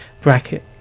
bracket